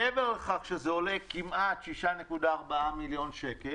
מעבר לכך שזה עולה כמעט 6.4 מיליון שקל,